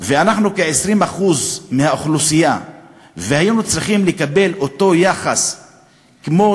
ואנחנו כ-20% מהאוכלוסייה והיינו צריכים לקבל אותו יחס כמו